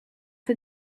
for